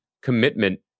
commitment